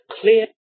clear